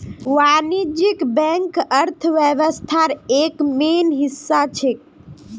वाणिज्यिक बैंक अर्थव्यवस्थार एक मेन हिस्सा छेक